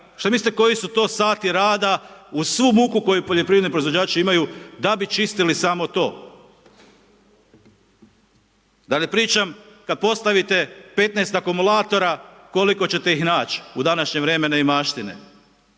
Šta mislite koji su to sati rada uz svu muku koju poljoprivredni proizvođači imaju da bi čistili samo to. Da ne pričam kada postavite 15 akumulatora koliko ćete ih naći u današnje vrijeme neimaštine,